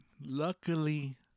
luckily